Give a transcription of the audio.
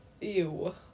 Ew